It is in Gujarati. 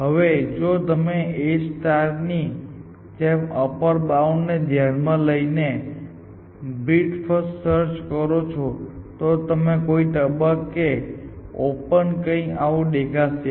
હવે જો તમે A ની જેમ અપર બાઉન્ડ ને ધ્યાનમાં લઇ ને બ્રીથ ફર્સ્ટ સર્ચ કરો છો તો કોઈક તબક્કે ઓપન કંઈક આવું દેખાશે